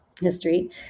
history